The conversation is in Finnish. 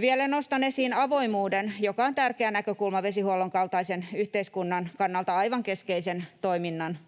vielä nostan esiin avoimuuden, joka on tärkeä näkökulma vesihuollon kaltaisen yhteiskunnan kannalta aivan keskeisen toiminnan